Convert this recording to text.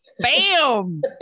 bam